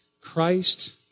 Christ